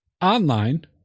online